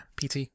PT